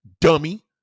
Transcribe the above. Dummy